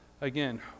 Again